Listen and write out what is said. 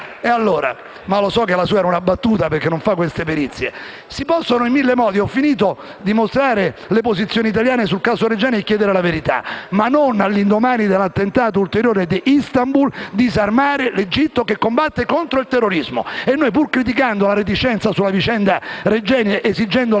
XVII).* Lo so che la sua era una battuta, perché non fa queste perizie. Si possono dimostrare in mille modi le posizioni italiane sul caso Regeni e chiedere la verità, ma non, all'indomani dell'attentato di Istanbul, disarmare l'Egitto che combatte contro il terrorismo. E noi, pur criticando la reticenza sulla vicenda Regeni ed esigendo la verità,